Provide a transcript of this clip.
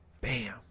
Bam